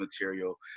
material